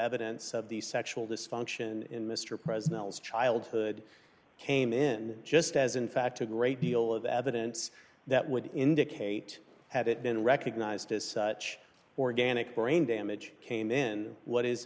evidence of the sexual dysfunction in mr president was childhood came in just as in fact a great deal of evidence that would indicate had it been recognized as such organic brain damage came in what is